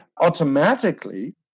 automatically